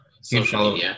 social